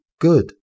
good